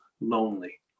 lonely